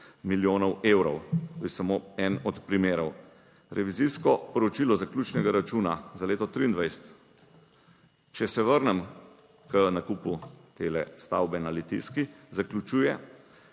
(Nadaljevanje) To je samo eden od primerov. Revizijsko poročilo zaključnega računa za leto 2023, če se vrnem k nakupu tele stavbe na Litijski, zaključuje,